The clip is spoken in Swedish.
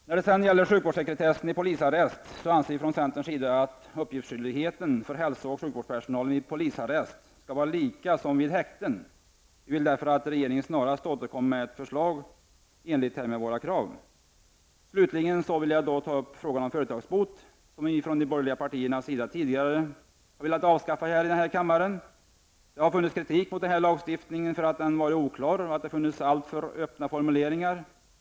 När det sedan gäller sjukvårdssekretessen i polisarrest anser vi från centerns sida att uppgiftsskyldigheten för hälso och sjukvårdspersonal vid polisarrest skall vara densamma som vid häkten. Vi vill därför att regeringen snarast återkommer med ett förslag i enlighet med vårt krav. Slutligen vill jag ta upp frågan om företagsbot. De borgerliga partiernas har tidigare velat avskaffa detta. Det har funnits kritik mot denna lagstiftning för att den varit oklar och för att det har funnits alltför öppna formuleringar.